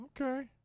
Okay